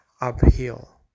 uphill